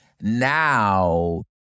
now